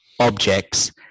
objects